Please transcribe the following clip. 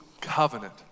covenant